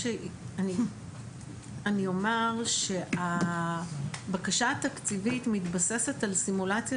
אני אומר שהבקשה התקציבית מתבססת על סימולציה